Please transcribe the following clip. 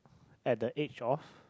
at the age of